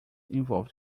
involved